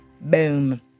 Boom